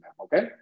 Okay